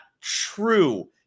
true